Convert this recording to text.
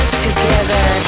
together